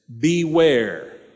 beware